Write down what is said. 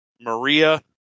Maria